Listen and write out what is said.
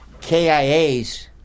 KIAs